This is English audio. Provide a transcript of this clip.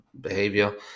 behavior